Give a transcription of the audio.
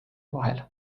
vahel